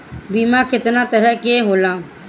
बीमा केतना तरह के होला?